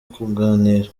kuganira